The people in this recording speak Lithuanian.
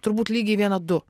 turbūt lygiai vieną du